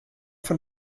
von